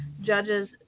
judges